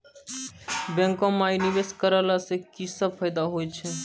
बैंको माई निवेश कराला से की सब फ़ायदा हो छै?